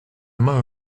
main